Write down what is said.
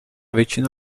většina